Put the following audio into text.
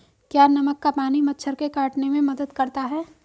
क्या नमक का पानी मच्छर के काटने में मदद करता है?